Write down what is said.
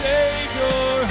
Savior